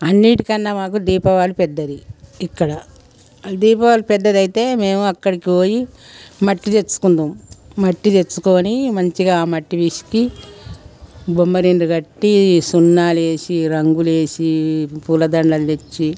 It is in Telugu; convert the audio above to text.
అన్నిటికన్నా మాకు దీపావళి పెద్దది ఇక్కడ ఈ దీపావళి పెద్దదైతే మేము అక్కడికి పోయి మట్టి తెచ్చుకుంటాం మట్టి తెచ్చుకోని మంచిగా మట్టి పిసికి బొమ్మరిల్లు కట్టి సున్నాలు వేసి రంగులు వేసి పూలదండలు తెచ్చి